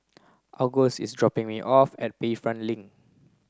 August is dropping me off at Bayfront Link